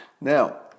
Now